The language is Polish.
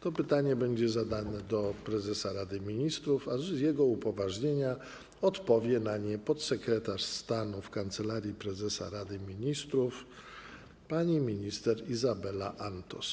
To pytanie będzie zadane prezesowi Rady Ministrów, a z jego upoważnienia odpowie na nie podsekretarz stanu w Kancelarii Prezesa Rady Ministrów pani minister Izabela Antos.